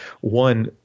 One